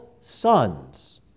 sons